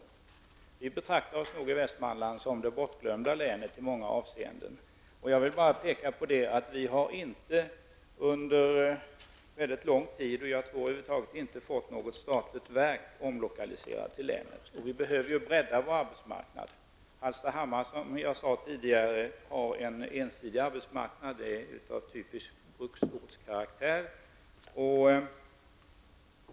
Vi i Västmanland betraktar oss nog i många avseenden som det bortglömda länet. Jag vill bara visa på att vi inte under mycket lång tid -- inte över huvud taget, tror jag -- fått något statligt verk omlokaliserat till länet. Vi behöver bredda vår arbetsmarknad. Hallstahammar har som jag sade tidigare en ensidig arbetsmarknad. Hallstahammar är av typisk bruksortskaraktär.